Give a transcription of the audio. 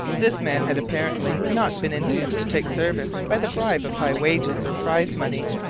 this man had apparently not been induced to take service by the bribe of high wages or prize money.